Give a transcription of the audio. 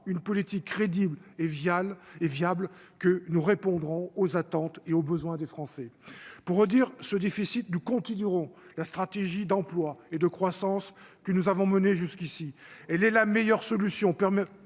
une politique crédible et Vial est viable, que nous répondrons aux attentes et aux besoins des Français pour redire ce déficit, nous continuerons la stratégie d'emplois et de croissance que nous avons menées jusqu'ici, elle est la meilleure solution